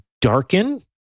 darken